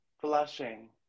Flushing